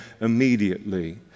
immediately